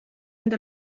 عند